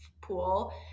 pool